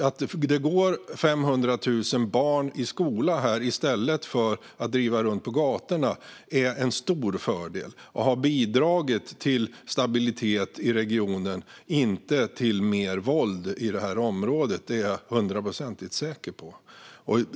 Att 500 000 barn går i skola där i stället för att driva runt på gatorna är en stor fördel och har bidragit till stabilitet i regionen, inte till mer våld i området. Det är jag hundraprocentigt säker på.